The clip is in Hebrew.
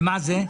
למה זה?